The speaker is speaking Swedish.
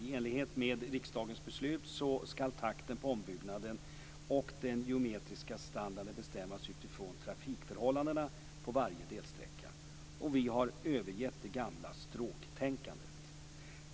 I enlighet med riksdagens beslut skall takten på ombyggnaden och den geometriska standarden bestämmas utifrån trafikförhållandena på varje delsträcka. Vi har övergett det gamla stråktänkandet.